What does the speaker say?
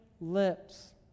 lips